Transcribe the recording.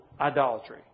idolatry